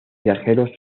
viajeros